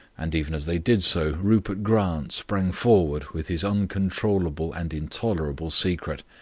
and even as they did so, rupert grant sprang forward with his incontrollable and intolerable secret.